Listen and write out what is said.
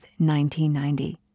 1990